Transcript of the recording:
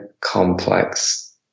complex